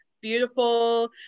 beautiful